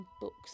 books